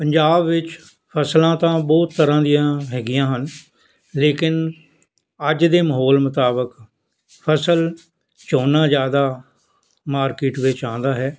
ਪੰਜਾਬ ਵਿੱਚ ਫਸਲਾਂ ਬਹੁਤ ਤਰ੍ਹਾਂ ਦੀਆਂ ਹੈਗੀਆਂ ਹਨ ਲੇਕਿਨ ਅੱਜ ਦੇ ਮਾਹੌਲ ਮੁਤਾਬਕ ਫਸਲ ਝੋਨਾ ਜ਼ਿਆਦਾ ਮਾਰਕੀਟ ਵਿੱਚ ਆਉਂਦਾ ਹੈ